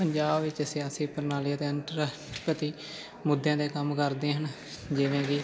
ਪੰਜਾਬ ਵਿੱਚ ਸਿਆਸੀ ਪ੍ਰਣਾਲੀ ਅਤੇ ਅੰਤਰ ਪ੍ਰਤੀ ਮੁੱਦਿਆਂ ਦੇ ਕੰਮ ਕਰਦੇ ਹਨ ਜਿਵੇਂ ਕਿ